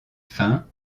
fins